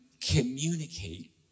communicate